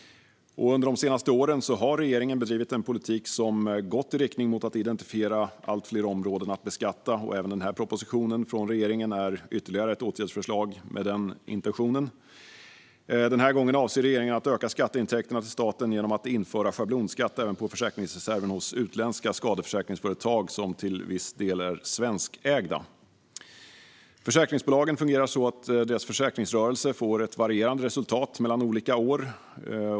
Under de senaste åren har regeringen bedrivit en politik som gått i riktning mot att identifiera allt fler områden att beskatta. Denna proposition från regeringen är ytterligare ett åtgärdsförslag med den intentionen. Den här gången avser regeringen att öka skatteintäkterna till staten genom att införa schablonskatt även på försäkringsreserven hos utländska skadeförsäkringsföretag som till viss del är svenskägda. Försäkringsbolagen fungerar så att deras försäkringsrörelse får ett varierande resultat mellan olika år.